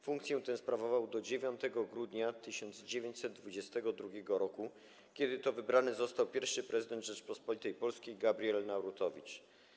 Funkcję tę sprawował do 9 grudnia 1922 r., kiedy to wybrany został pierwszy prezydent Rzeczypospolitej Polskiej Gabriel Narutowicz.